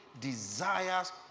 desires